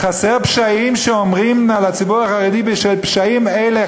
חסרים פשעים שאומרים על הציבור החרדי: בשל פשעים אלה,